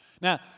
Now